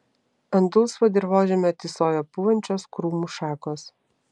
ant dulsvo dirvožemio tysojo pūvančios krūmų šakos